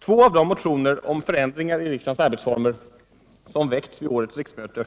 Två av de motioner om förändringar i riksdagens arbetsformer som väckts vid årets riksmöte